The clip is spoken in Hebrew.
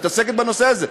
את מתעסקת בנושא הזה.